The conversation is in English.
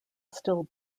still